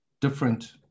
different